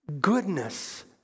goodness